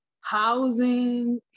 housing